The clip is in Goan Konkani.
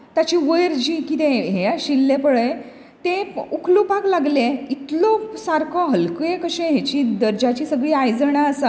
ताची वयर जी कितें हे आशिल्लें पळय तें अ उखलुपाक लागलें इतलो सारको हलके कशे हेची दर्जाची सगळीं आयदणां आसा